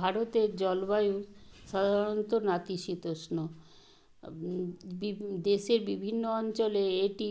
ভারতের জলবায়ু সাধারণত নাতিশীতোষ্ণ বিব দেশের বিভিন্ন অঞ্চলে এটি